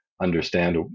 understand